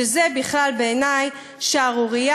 שזה בכלל בעיני שערורייה.